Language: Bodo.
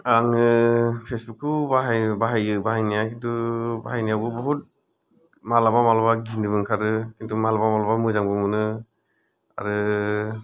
आंङो फेसबुक खौ बाहायो बाहायो बाहायनाया खिन्थु बाहायनायावबो बहुथ मालाबा मालाबा गिनोबो ओंखारो खिन्थु मालाबा मालाबा मोजांबो मोनो आरो